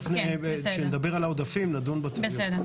כשנדבר על העודפים נדון בתביעות.